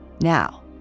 Now